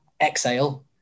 exhale